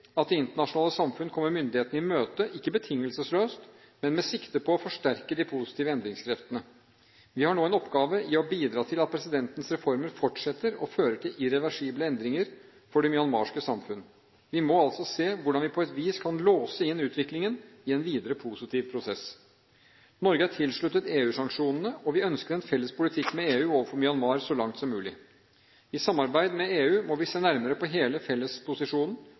at det internasjonale samfunnet kommer myndighetene i møte, ikke betingelsesløst, men med sikte på å forsterke de positive endringskreftene. Vi har nå en oppgave i å bidra til at presidentens reformer fortsetter, og fører til irreversible endringer for det myanmarske samfunn. Vi må altså se hvordan vi på et vis kan «låse inn» utviklingen i en videre positiv prosess. Norge er tilsluttet EU-sanksjonene, og vi ønsker en felles politikk med EU overfor Myanmar så langt som mulig. I samarbeid med EU må vi se nærmere på hele